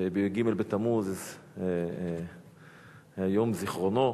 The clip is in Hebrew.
שבי"ג בתמוז יום זיכרונו,